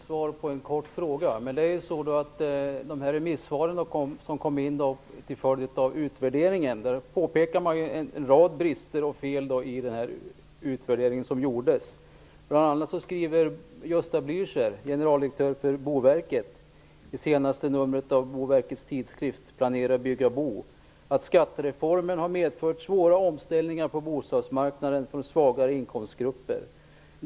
Herr talman! Det var ett långt svar på en kort fråga. I de remissvar som kommit in till följd av utvärderingen påpekas en rad brister och fel i utvärderingen. Bl.a. skriver Gösta Blücher, generaldirektör för Planera, bygga, bo att skattereformen har medfört svåra omställningar på bostadsmarknaden för svagare inkomstgrupper.